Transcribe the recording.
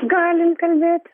galim kalbėt